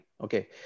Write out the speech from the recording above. Okay